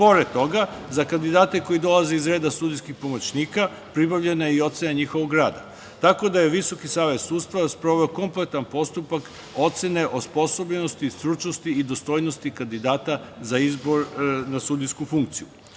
toga, za kandidate koji dolaze iz reda sudijskih pomoćnika, pribavljena je i ocena njihovog rada, tako da je Visoki savet sudstva sproveo kompletan postupak ocene osposobljenosti, stručnosti i dostojnosti kandidata za izbor na sudijsku funkciju. Nakon